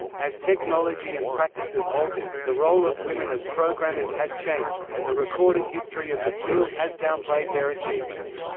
as technology and practices altered, the role of women as programmers has changed, and the recorded history of the field has downplayed their achievements.